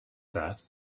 that